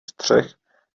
střech